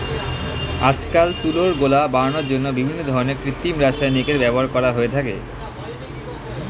আজকাল তুলোর গোলা বানানোর জন্য বিভিন্ন ধরনের কৃত্রিম রাসায়নিকের ব্যবহার করা হয়ে থাকে